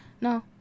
No